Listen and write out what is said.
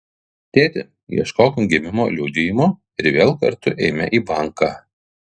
tėti ieškok gimimo liudijimo ir vėl kartu eime į banką